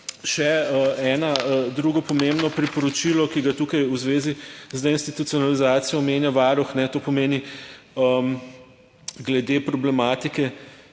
še eno drugo pomembno priporočilo, ki ga tukaj v zvezi z deinstitucionalizacijo omenja Varuh, to pomeni glede problematike